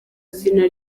izina